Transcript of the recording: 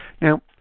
Now